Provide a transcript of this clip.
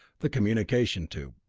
the communication tube.